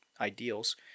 ideals